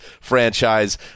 franchise